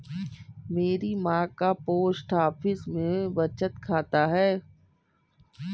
मेरी मां का पोस्ट ऑफिस में बचत खाता है